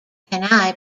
kenai